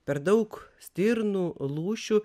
per daug stirnų lūšių